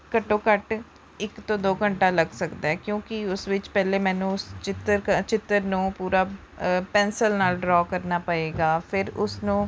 ਘੱਟੋ ਘੱਟ ਇੱਕ ਤੋਂ ਦੋ ਘੰਟਾ ਲੱਗ ਸਕਦਾ ਹੈ ਕਿਉਂਕਿ ਉਸ ਵਿੱਚ ਪਹਿਲੇ ਮੈਨੂੰ ਉਸ ਚਿੱਤਰਕ ਚਿੱਤਰ ਨੂੰ ਪੂਰਾ ਪੈਨਸਲ ਨਾਲ ਡਰੋਅ ਕਰਨਾ ਪਵੇਗਾ ਫੇਰ ਉਸਨੂੰ